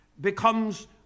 becomes